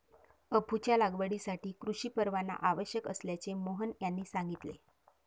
अफूच्या लागवडीसाठी कृषी परवाना आवश्यक असल्याचे मोहन यांनी सांगितले